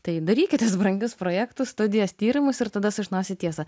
tai darykites brangius projektus studijas tyrimus ir tada sužinosit tiesą